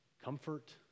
Comfort